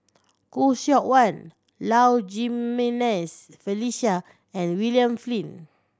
Khoo Seok Wan Low Jimenez Felicia and William Flint